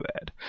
bad